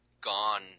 gone